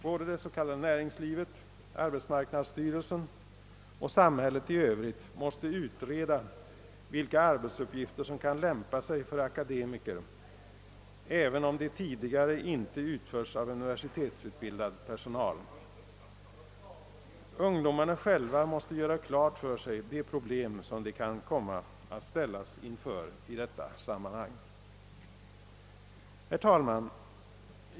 Både det s.k. näringslivet, arbetsmarknadsstyrelsen och samhället i övrigt måste utreda vilka arbetsuppgifter som kan lämpa sig för akademiker, även om de tidigare inte utförts av universitetsutkildad personal. Ungdomarna själva måste göra klart för sig de problem som de kan komma att ställas inför i detta sammanhang. Herr talman!